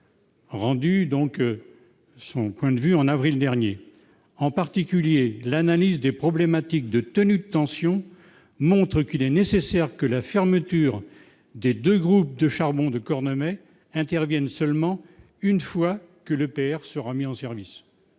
rendu public en avril dernier, RTE déclarait :« En particulier, l'analyse des problématiques de tenue en tension montre qu'il est nécessaire que la fermeture des deux groupes de charbon de Cordemais intervienne seulement une fois que l'EPR sera mis en service.